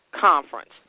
conference